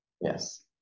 yes